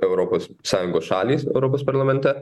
europos sąjungos šalys europos parlamente